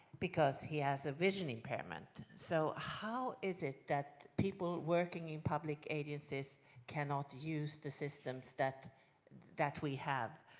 because he has a vision impairment. so how is it that people working in public agencies cannot use the systems that that we have